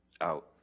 out